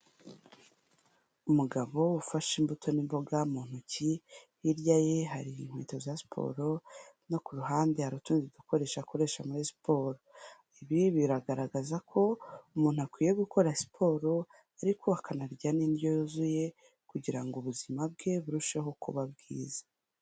Umugabo ufashe imbuto n'imboga mu ntoki, hirya ye hari inkweto za siporo no ku ruhande hari utundi dukoresho akoresha muri siporo, ibi biragaragaza ko umuntu akwiye gukora siporo ariko akanarya n'indyo yuzuye kugira ngo ubuzima bwe burusheho kuba bwiza.